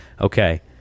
okay